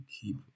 keep